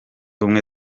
ubumwe